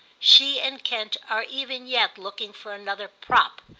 she and kent are even yet looking for another prop,